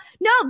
no